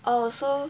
oh so